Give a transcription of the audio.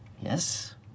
Yes